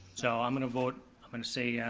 so i'm gonna vote, i'm gonna say, yeah